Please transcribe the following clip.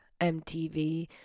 MTV